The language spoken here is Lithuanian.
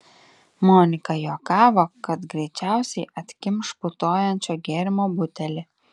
monika juokavo kad greičiausiai atkimš putojančio gėrimo butelį